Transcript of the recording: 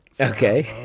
Okay